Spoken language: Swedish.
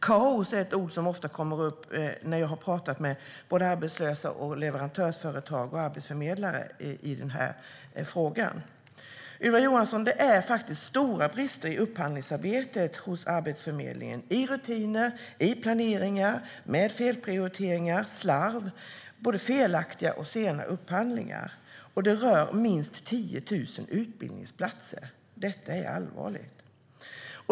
Kaos är ett ord som ofta kommer upp när jag har talat om frågan med arbetslösa, leverantörsföretag och arbetsförmedlare. Det är stora brister i upphandlingsarbetet hos Arbetsförmedlingen, Ylva Johansson. Det gäller rutiner och planeringar. Det handlar om felprioriteringar, slarv och både felaktiga och sena upphandlingar. Det rör minst 10 000 utbildningsplatser. Detta är allvarligt.